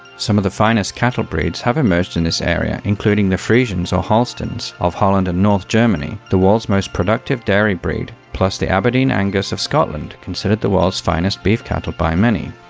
some of the finest cattle breeds have emerged in this area, including the frisians or holsteins of holland and north germany, the world's most productive dairy breed, plus the aberdeen angus of scotland, considered the world's finest beef cattle by many.